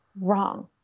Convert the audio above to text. wrong